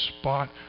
spot